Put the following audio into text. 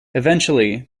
eventually